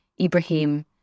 Ibrahim